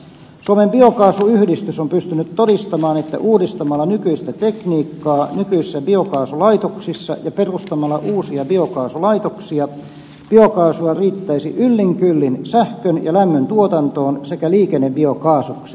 suomen biokaasuyhdistys on pystynyt todistamaan että uudistamalla nykyistä tekniikkaa nykyisissä biokaasulaitoksissa ja perustamalla uusia biokaasulaitoksia biokaasua riittäisi yllin kyllin sähkön ja lämmöntuotantoon sekä liikennebiokaasuksi